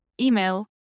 email